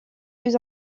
plus